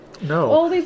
no